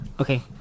Okay